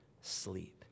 sleep